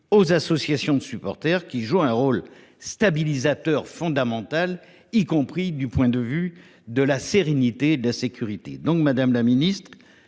aux associations de supporters, lesquelles jouent un rôle stabilisateur fondamental, y compris du point de vue de la sérénité et de la sécurité. Madame la ministre,